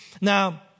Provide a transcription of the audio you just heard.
Now